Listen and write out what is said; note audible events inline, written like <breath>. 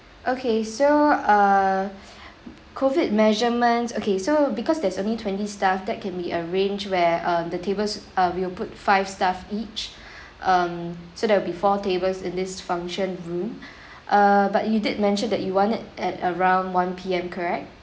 okay so err <breath> COVID measurements okay so because there's only twenty staff that can be arranged where uh the tables um we will put five staff each <breath> um so there'll be four tables in this function room <breath> err but you did mention that you want it at around one P_M correct